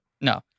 No